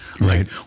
Right